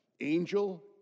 Angel